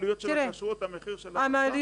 עלויות כשרות הבשר והשפעתן על יוקר המחיה.